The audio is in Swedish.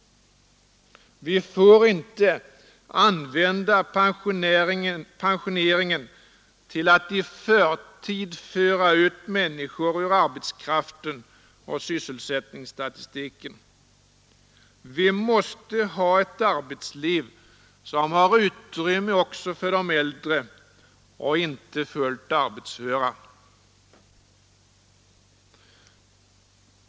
Vi får inte använda pensioneringen till att i förtid föra ut människor ur arbetskraften och sysselsättningsstatistiken. Vi måste ha ett arbetsliv som har utrymme också för de äldre och inte fullt arbetsföra.